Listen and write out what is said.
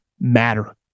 matter